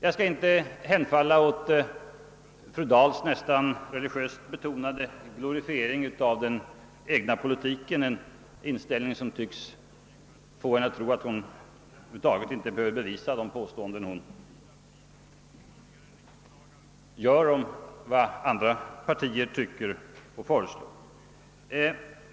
Jag skall inte här hemfalla åt fru Dahls nästan religiöst betonade glorifiering av den egna politiken, en inställning som tycks få henne att tro att hon inte behöver bevisa sina påståenden om vad andra partier tycker och föreslår.